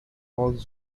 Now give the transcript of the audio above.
hogs